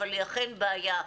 אבל היא אכן בעיה.